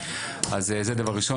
אז זה דבר ראשון.